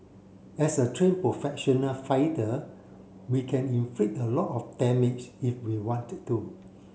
as a train professional fighter we can inflict a lot of damage if we wanted to